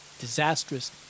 disastrous